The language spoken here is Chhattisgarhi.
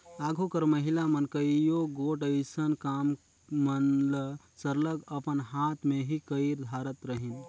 आघु कर महिला मन कइयो गोट अइसन काम मन ल सरलग अपन हाथ ले ही कइर धारत रहिन